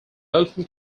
boston